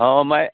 हम आइ